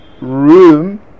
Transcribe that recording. room